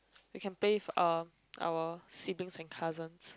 we can play with uh our siblings and cousins